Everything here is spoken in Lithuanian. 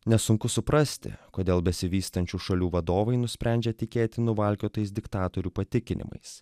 nesunku suprasti kodėl besivystančių šalių vadovai nusprendžia tikėti nuvalkiotais diktatorių patikinimais